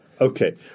Okay